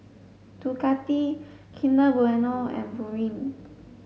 Ducati Kinder Bueno and Pureen